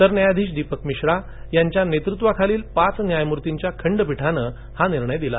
सरन्यायाधीश दीपक मिश्रा यांच्या नेतृत्वाखालील पाच न्यायमूर्तीच्या खंडपीठानं हा निर्णय दिला